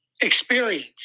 experience